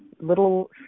little